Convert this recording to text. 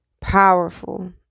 powerful